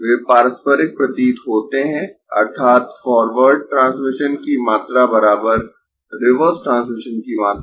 वे पारस्परिक प्रतीत होते है अर्थात् फॉरवर्ड ट्रांसमिशन की मात्रा रिवर्स ट्रांसमिशन की मात्रा